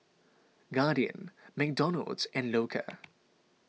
Guardian McDonald's and Loacker